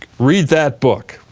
read that book.